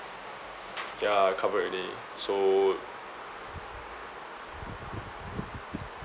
ya covered already so